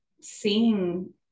seeing